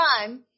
time